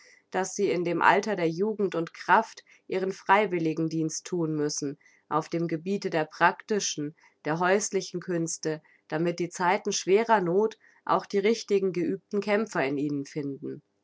daß sie in dem alter der jugend und kraft ihren freiwilligendienst thun müssen auf dem gebiete der praktischen der häuslichen künste damit die zeiten schwerer noth auch die richtigen geübten kämpfer in ihnen finden